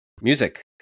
music